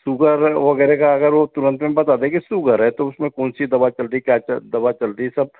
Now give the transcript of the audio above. तो सुगर वगैरह का अगर वो तुरंत में बता दे कि सुगर है तो उसमें कौन सी दावा चल रही क्या चल दवा चल रही सब